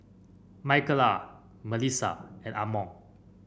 Michaela Melissa and Armond